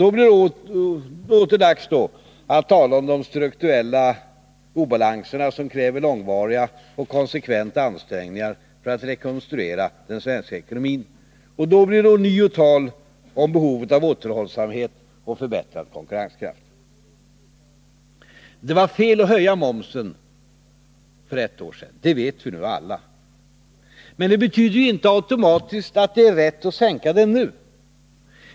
Då blir det åter dags att tala om de strukturella obalanserna, som kräver långvariga och konsekventa ansträngningar för att rekonstruera den svenska ekonomin. Då blir det ånyo tal om behovet av återhållsamhet och förbättrad konkurrenskraft. Det var fel att höja momsen för ett år sedan. Det vet vi nu alla. Men det betyder inte automatiskt att det är rätt att sänka den nu.